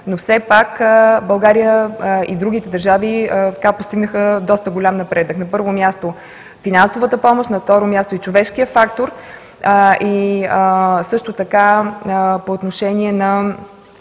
но все пак България и другите държави постигнаха доста голям напредък: на първо място – финансовата помощ, на второ – човешкият фактор; по отношение на